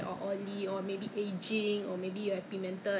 ah but I haven't used that lah so I don't know how is it like